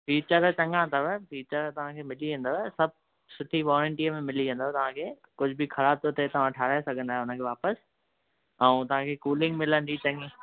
feature चङा अथव feature तव्हां खे मिली वेंदव सभु सुठी वारंटीअ में मिली वेंदव तव्हां खे कुझु बि ख़राबु थो थिए तव्हां ठाराहे सघंदा आहियो उन खे वापस ऐं तव्हां खे कूलिंग मिलंदी चंगी